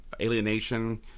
Alienation